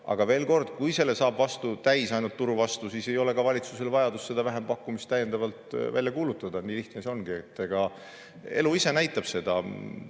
Aga veel kord: kui selle saab täis ainult turu vastu, siis ei ole ka valitsusel vajadust seda vähempakkumist täiendavalt välja kuulutada. Nii lihtne see ongi. Elu ise näitab seda.